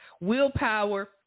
willpower